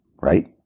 right